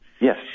Yes